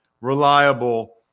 reliable